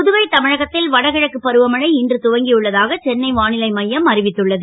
புதுவை தமிழகத் ல் வடகிழக்கு பருவமழை இன்று துவங்கியுள்ள தாக சென்னை வா லை மையம் அறிவித்துள்ளது